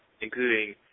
including